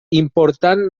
important